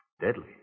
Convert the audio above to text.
Deadly